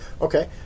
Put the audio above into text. Okay